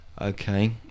okay